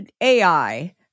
AI